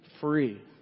free